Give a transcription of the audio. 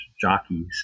jockeys